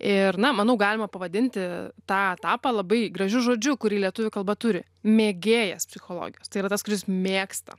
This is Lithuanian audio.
ir na manau galima pavadinti tą etapą labai gražiu žodžiu kurį lietuvių kalba turi mėgėjas psichologijos tai yra tas kuris mėgsta